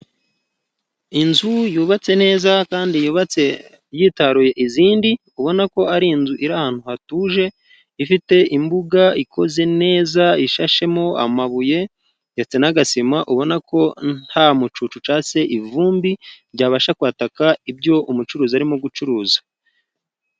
Inzu yubatse neza kandi yubatse yitaruye izindi, ubona ko ari inzu iri ahantu hatuje, ifite imbuga ikoze neza, ishashemo amabuye ndetse n'agasima, ubona ko nta mucucu cyangwa se ivumbi ryabasha kwataka ibyo umucuruzi arimo gucuruza.